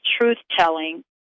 truth-telling